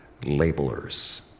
labelers